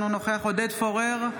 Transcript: אינו נוכח עודד פורר,